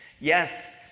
yes